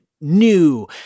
new